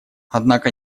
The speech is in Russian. однако